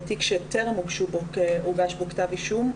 בתיק שטרם הוגש בו כתב אישום,